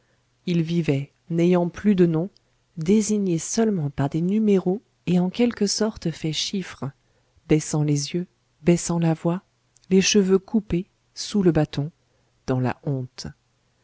ils vivaient n'ayant plus de noms désignés seulement par des numéros et en quelque sorte faits chiffres baissant les yeux baissant la voix les cheveux coupés sous le bâton dans la honte